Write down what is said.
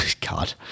god